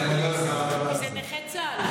נכון, כי זה נכי צה"ל.